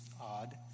odd